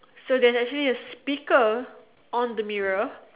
so there's actually a speaker on the mirror